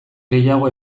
gehiago